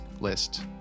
list